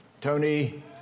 Tony